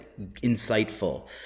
insightful